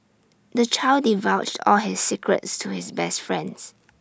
the child divulged all his secrets to his best friends